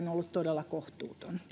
on ollut todella kohtuuton